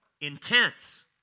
intense